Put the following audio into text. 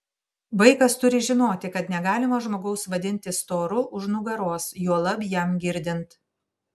vaikas turi žinoti kad negalima žmogaus vadinti storu už nugaros juolab jam girdint